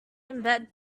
embed